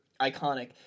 iconic